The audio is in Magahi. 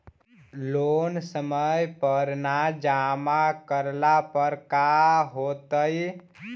लोन समय पर न जमा करला पर का होतइ?